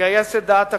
לגייס את דעת הקהל.